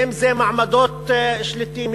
ואם מעמדות שליטים,